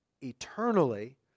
eternally